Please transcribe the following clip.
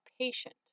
patient